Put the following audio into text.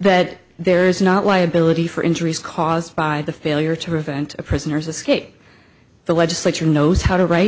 that there is not liability for injuries caused by the failure to revenge a prisoner's escape the legislature knows how to write